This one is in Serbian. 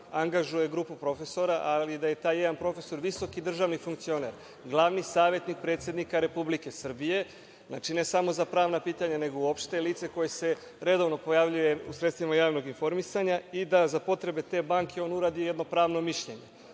angažuje grupu profesora, ali da je taj jedan profesor visoki državni funkcioner, glavni savetnik predsednika Republike Srbije, znači, ne samo za pravna pitanja, nego lice koje se redovno pojavljuje u sredstvima javnog informisanja i da za potrebe te banke uradi jedno pravno mišljenje? Zamislite